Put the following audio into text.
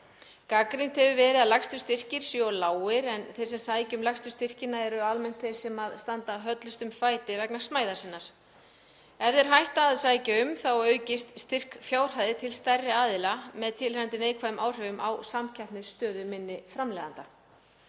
Gagnrýnt hefur verið að lægstu styrkir séu of lágir en þeir sem sækja um lægstu styrkina eru almennt þeir sem standa höllustum fæti vegna smæðar sinnar. Ef þeir hætta að sækja um þá aukast styrkfjárhæðir til stærri aðila með tilheyrandi neikvæðum áhrifum á samkeppnisstöðu minni framleiðenda.